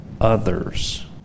Others